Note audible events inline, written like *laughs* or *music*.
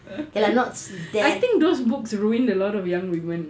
*laughs* I think those books ruin a lot of young women you know